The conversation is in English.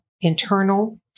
internal